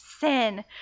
Sin